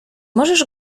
możesz